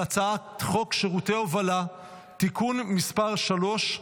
הצעת חוק שירותי הובלה (תיקון מס' 3),